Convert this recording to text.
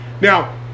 Now